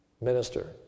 Minister